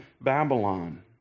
Babylon